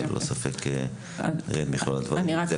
אנחנו